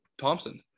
Thompson